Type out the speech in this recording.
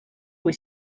kui